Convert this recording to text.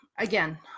Again